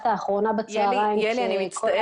האחרונה בצהריים שכל הקבוצות --- ילי אני מצטערת,